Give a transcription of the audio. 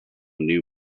new